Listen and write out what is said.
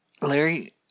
Larry